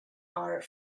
are